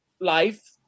life